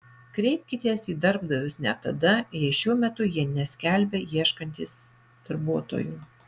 kreipkitės į darbdavius net tada jei šiuo metu jie neskelbia ieškantys darbuotojų